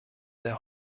der